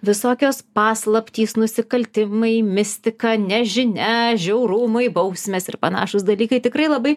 visokios paslaptys nusikaltimai mistika nežinia žiaurumai bausmės ir panašūs dalykai tikrai labai